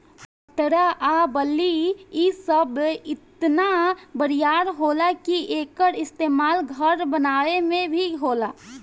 पटरा आ बल्ली इ सब इतना बरियार होला कि एकर इस्तमाल घर बनावे मे भी होला